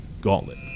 gauntlet